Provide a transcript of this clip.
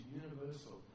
universal